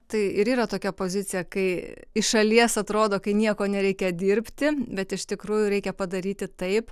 tai ir yra tokia pozicija kai iš šalies atrodo kai nieko nereikia dirbti bet iš tikrųjų reikia padaryti taip